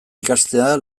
ikastea